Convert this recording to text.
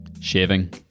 shaving